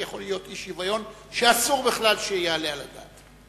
ויכול להיות אי-שוויון שאסור בכלל שיעלה על הדעת.